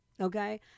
okay